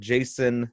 Jason